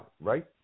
right